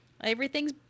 everything's